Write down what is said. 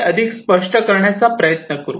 हे अधिक स्पष्ट करण्याचा प्रयत्न करू